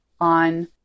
on